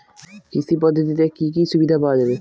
কৃষি পদ্ধতিতে কি কি সুবিধা পাওয়া যাবে?